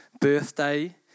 birthday